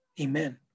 Amen